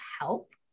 help